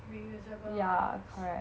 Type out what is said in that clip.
reusable masks